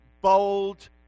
bold